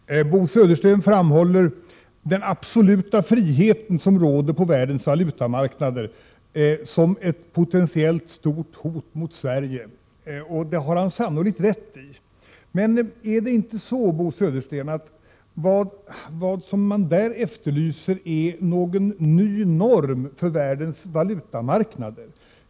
Herr talman! Bo Södersten framhåller den absoluta friheten som råder på världens valutamarknader som ett potentiellt stort hot mot Sverige, och det har han sannolikt rätt i. Är det emellertid inte så, Bo Södersten, att man där efterlyser en ny norm för världens valutamarknader.